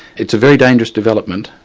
it's a very dangerous development,